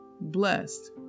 blessed